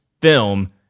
film